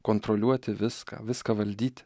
kontroliuoti viską viską valdyti